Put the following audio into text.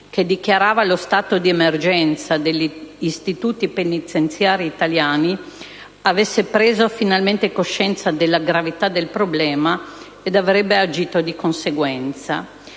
che dichiarava lo stato di emergenza degli istituti penitenziari italiani, avesse preso finalmente coscienza della gravità del problema ed avrebbe agito di conseguenza,